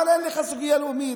אבל אין לך סוגיה לאומית,